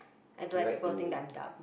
I don't like people to think that I am dumb